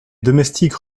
domestiques